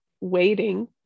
waiting